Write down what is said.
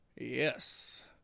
Yes